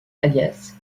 alias